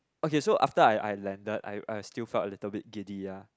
okay so after I I landed I I still felt a little bit giddy ah